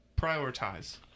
Prioritize